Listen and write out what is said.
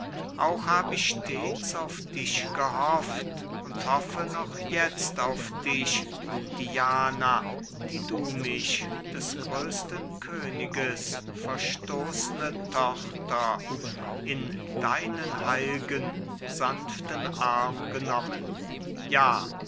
auch hab ich stets auf dich gehofft und hoffe noch jetzt auf dich diana die du mich des größten königes verstoßne tochter in deinen heil'gen sanften arm genommen ja